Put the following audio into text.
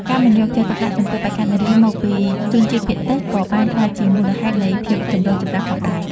ការមិនយកចិត្តទុកដាក់ចំពោះបេក្ខនារីមកពីជនជាតិភាគតិចក៏បានក្លាយជាមូលហេតុនៃភាពចម្រូងចម្រាសផងដែរ។